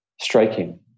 striking